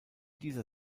dieser